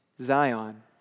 Zion